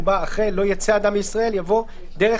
ובה- אחרי "לא יצא אדם מישראל" יבוא "דרך